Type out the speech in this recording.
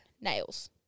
nails